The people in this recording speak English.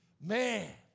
Man